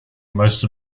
most